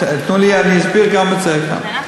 תנו לי, ואני אסביר גם את זה כאן.